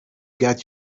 get